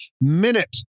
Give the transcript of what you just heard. minute